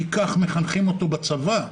כי כך מחנכים אותו בצבא,